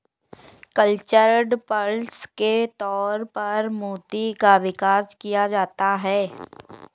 cultured pearls के तौर पर मोती का विकास किया जाता है